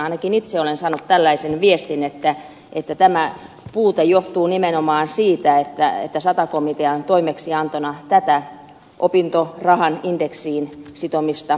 ainakin itse olen saanut tällaisen viestin että tämä puute johtuu nimenomaan siitä että sata komitean toimeksiantona tätä opintorahan indeksiin sitomista ei ollut